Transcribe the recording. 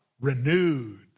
Renewed